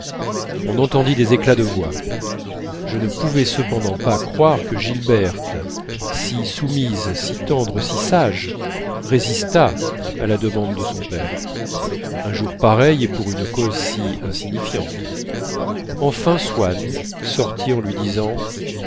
on entendit des éclats de voix je ne pouvais cependant pas croire que gilberte si soumise si tendre si sage résistât à la demande de son père un jour pareil et pour une cause si insignifiante enfin swann sortit en lui disant